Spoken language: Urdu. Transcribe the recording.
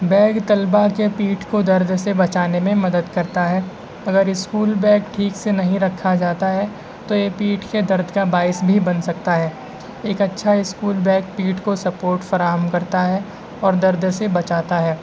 بیگ طلباء کے پیٹھ کو درد سے بچانے میں مدد کرتا ہے اگر اسکول بیگ ٹھیک سے نہیں رکھا جاتا ہے تو یہ پیٹھ کے درد کا باعث بھی بن سکتا ہے ایک اچّھا اسکول بیگ پیٹھ کو سپورٹ فراہم کرتا ہے اور درد سے بچاتا ہے